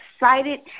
excited